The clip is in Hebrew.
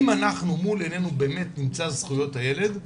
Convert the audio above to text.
אם אנחנו מול עינינו באמת נמצא זכויות הילד כוועדה,